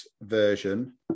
version